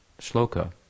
shloka